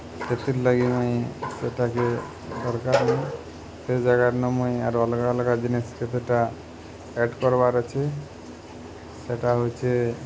ସେଥିର୍ଲାଗି ମୁଇଁ ସେଟାକେ ଦର୍କାର୍ନାଇନ ସେ ଜାଗାର ନ ମୁଇଁ ଆର ଅଲ୍ଗା ଅଲ୍ଗା ଜିନିଷ୍ କେତେଟା ଏଡ଼୍ କର୍ବାର୍ ଅଛେ ସେଟା ହଉଛେ